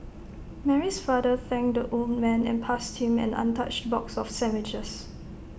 Mary's father thanked the old man and passed him an untouched box of sandwiches